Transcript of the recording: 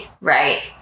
Right